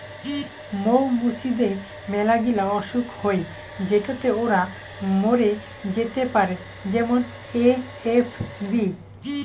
মৌ মুচিদের মেলাগিলা অসুখ হই যেটোতে ওরা মরে যেতে পারে যেমন এ.এফ.বি